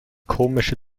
komische